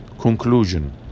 Conclusion